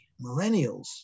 millennials